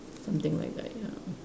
something like that ya